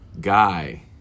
guy